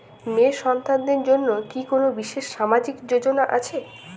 মেয়ে সন্তানদের জন্য কি কোন বিশেষ সামাজিক যোজনা আছে?